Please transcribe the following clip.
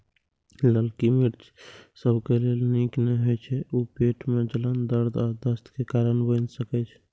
ललकी मिर्च सबके लेल नीक नै होइ छै, ऊ पेट मे जलन, दर्द आ दस्त के कारण बनि सकै छै